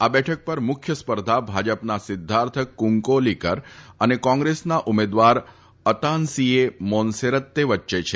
આ બેઠક પર મુખ્ય સ્પર્ધા ભાજપના સિદ્ધાર્થ કુંકોલીકર અને કોંગ્રેસના ઉમેદવાર અતાનસીએ મોનસેરત્તે વચ્ચે છે